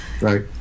Right